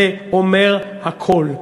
זה אומר הכול.